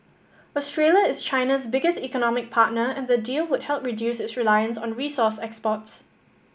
Australia is China's biggest economic partner and the deal would help reduce its reliance on resource exports